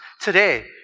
today